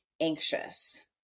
anxious